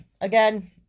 again